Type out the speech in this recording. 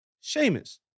Sheamus